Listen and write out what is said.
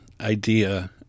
idea